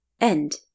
End